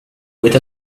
with